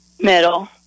Middle